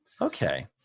Okay